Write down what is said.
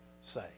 say